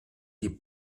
die